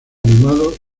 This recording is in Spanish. animados